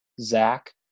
zach